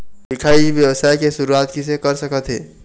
दिखाही ई व्यवसाय के शुरुआत किसे कर सकत हे?